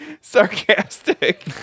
sarcastic